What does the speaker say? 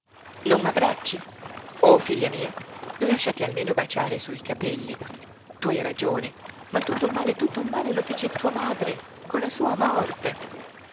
non m'abbracci oh figlia mia lasciati almeno baciare sui capelli tu hai ragione ma tutto il male tutto il male lo fece tua madre con la sua morte